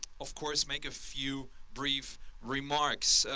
of course, make a few brief remarks.